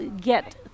get